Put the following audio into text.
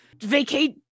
vacate